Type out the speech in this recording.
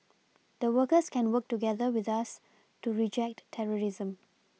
the workers can work together with us to reject terrorism